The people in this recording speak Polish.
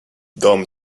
dom